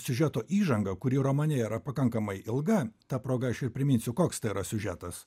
siužeto įžangą kuri romane yra pakankamai ilga ta proga aš priminsiu koks tai yra siužetas